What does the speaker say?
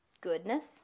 goodness